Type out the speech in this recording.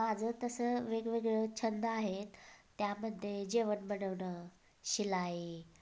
माझं तसं वेगवेगळं छंद आहेत त्यामध्ये जेवण बनवणं शिलाई